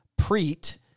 Preet